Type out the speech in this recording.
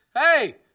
Hey